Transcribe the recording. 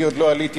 אני עוד לא עליתי,